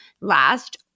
last